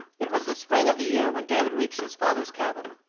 it was the spring of the year when david reached his father's cabin.